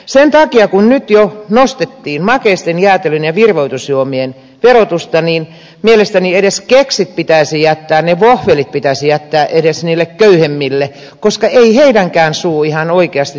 sen takia kun nyt jo nostettiin makeisten jäätelön ja virvoitusjuomien verotusta niin mielestäni edes keksit pitäisi jättää ne vohvelit pitäisi jättää edes niille köyhemmille koska ei heidänkään suunsa ihan oikeasti tuohesta ole